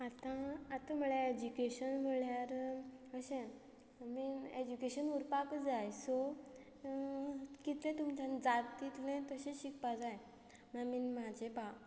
आतां आतां म्हळ्यार एज्युकेशन म्हळ्यार अशें आय मीन एज्युकेशन उरपाक जाय सो कितलें तुमच्यान जाता तितलें तशें शिकपाक जाय आय मीन म्हजें